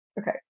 Okay